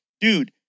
Dude